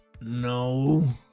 No